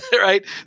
right